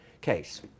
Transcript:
case